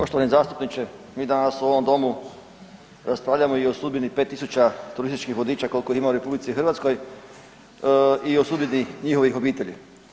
Poštovani zastupniče, mi ovdje danas u ovom Domu raspravljamo i o sudbini 5000 turističkih vodiča koliko ih ima u RH i o sudbini njihovih obitelji.